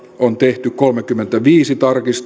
on tehty kolmekymmentäviisi